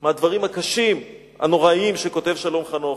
מהדברים הקשים, הנוראים, שכותב שלום חנוך.